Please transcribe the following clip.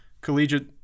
collegiate